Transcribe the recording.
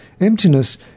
Emptiness